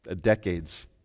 decades